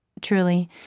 truly